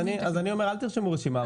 אז אני אומר אל תרשמו רשימה,